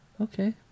Okay